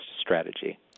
strategy